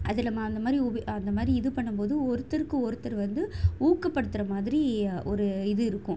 அதில் அந்த மாதிரி அந்த மாதிரி இது பண்ணும் போது ஒருத்தருக்கு ஒருத்தர் வந்து ஊக்கப்படுத்துகிற மாதிரி ஒரு இது இருக்கும்